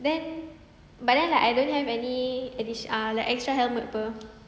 then but then like I don't have any additi~ ah like extra helmet [pe]